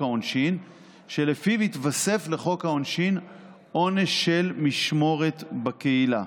העונשין שלפיו יתווסף לחוק העונשין עונש של משמורת בקהילה.